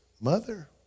Mother